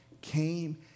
came